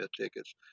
tickets